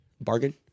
Bargain